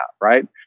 right